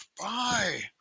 Bye